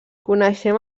coneixem